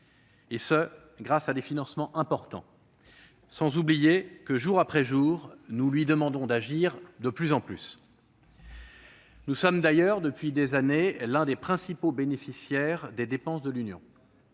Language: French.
quotidien, grâce à des financements importants ; de surcroît, jour après jour, nous lui demandons d'agir toujours davantage. Nous sommes d'ailleurs, depuis des années, l'un des principaux bénéficiaires des dépenses de l'Union.